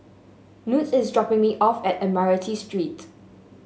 Knute is dropping me off at Admiralty Street